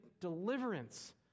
deliverance